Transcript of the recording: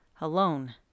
alone